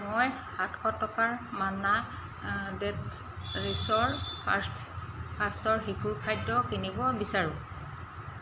মই সাতশ টকাৰ মান্না ডেট্ছ ৰিচৰ ফাৰ্ষ্ট ফাৰ্ষ্টৰ শিশুৰ খাদ্য কিনিব বিচাৰোঁ